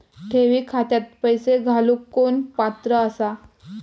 ठेवी खात्यात पैसे घालूक कोण पात्र आसा?